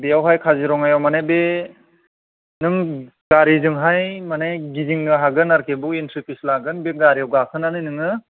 बेयावहाय काजिर'ङायाव मानि बे नों गारिजोंहाय माने गिदिंनो हागोन आरोखि बेयाव एन्ट्रि फिस लागोन बे गारियाव गाखोनानै नोङो